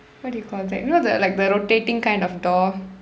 what do you call that you know that like the rotating kind of door